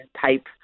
type